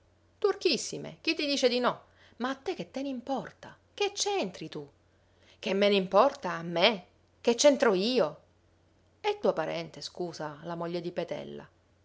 turchissime chi ti dice di no ma a te che te n'importa che c'entri tu che me n'importa a me che c'entro io è tua parente scusa la moglie di petella